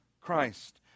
Christ